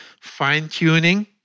fine-tuning